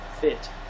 fit